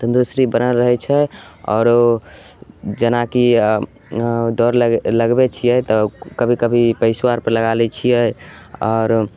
तन्दुरुस्ती बनल रहै छै आओर जेनाकि इहाँ दौड़ लग लगबै छिए तऽ कभी कभी पइसो आरपर लगा लै छिए आओर